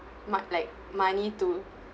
like money to